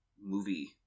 movie